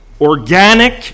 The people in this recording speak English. organic